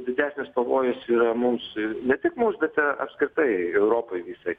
didesnis pavojus yra mums ne tik mums bet apskritai europai visai